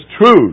truth